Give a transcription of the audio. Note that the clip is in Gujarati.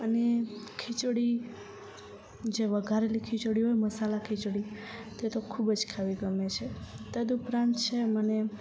અને ખીચડી જે વઘારેલી ખીચડી હોય મસાલા ખીચડી તે તો ખૂબ જ ખાવી ગમે છે તદુપરાંત છે મને